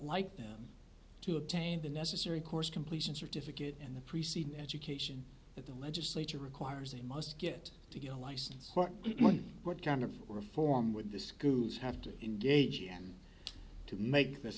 like them to obtain the necessary course completion certificate and the preceding education that the legislature requires they must get to get a license what kind of reform with the schools have to engage in to make this